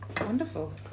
Wonderful